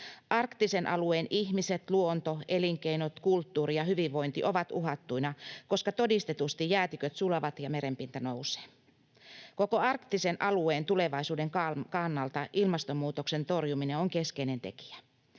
Arktisen alueen ihmiset, luonto, elinkeinot, kulttuuri ja hyvinvointi ovat uhattuina, koska todistetusti jäätiköt sulavat ja merenpinta nousee. Koko arktisen alueen tulevaisuuden kannalta ilmastonmuutoksen torjuminen on keskeinen tekijä.